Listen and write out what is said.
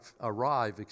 arrive